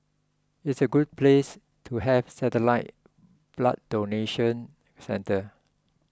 it's a good place to have satellite blood donation centre